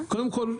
קודם כל,